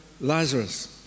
Lazarus